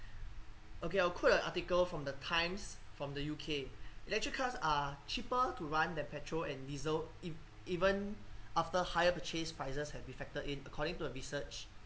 okay I'll quote an article from the times from the U_K electric cars are cheaper to run than petrol and diesel e~ even after higher purchase prices have affected it according to a research